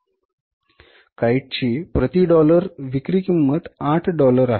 kite ची प्रति dollar विक्री किंमत 8 डॉलर आहे